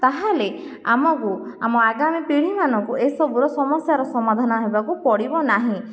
ତା'ହେଲେ ଆମକୁ ଆମ ଆଗାମୀ ପିଢ଼ିମାନଙ୍କୁ ଏସବୁର ସମସ୍ୟାର ସମାଧାନ ହେବାକୁ ପଡ଼ିବନାହିଁ